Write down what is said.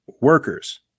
workers